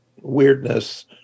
weirdness